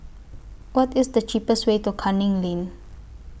What IS The cheapest Way to Canning Lane